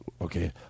okay